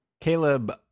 Caleb